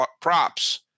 props